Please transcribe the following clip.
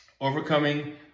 overcoming